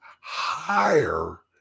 higher